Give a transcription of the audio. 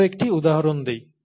আরও একটি উদাহরণ দেই